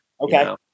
Okay